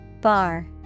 Bar